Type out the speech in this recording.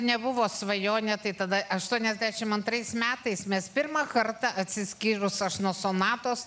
nebuvo svajonė tai tada aštuoniasdešimt antrais metais mes pirmą kartą atsiskyrusios nuo sonatos